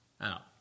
out